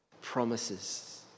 promises